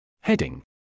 Heading